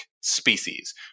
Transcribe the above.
species